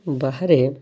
ବାହାରେ